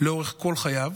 לאורך כל חייו